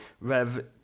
Rev